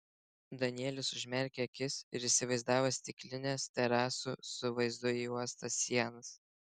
danielius užmerkė akis ir įsivaizdavo stiklines terasų su vaizdu į uostą sienas